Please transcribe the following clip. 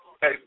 Hey